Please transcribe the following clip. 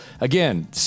Again